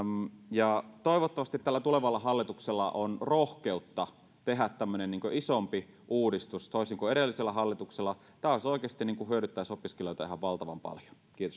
toivottavasti tällä tulevalla hallituksella on rohkeutta tehdä tämmöinen isompi uudistus toisin kuin edellisellä hallituksella tämä oikeasti hyödyttäisi opiskelijoita ihan valtavan paljon